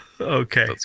Okay